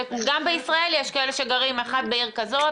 גם בישראל יש כאלה שגרים אחד בעיר כזאת,